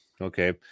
okay